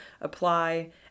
apply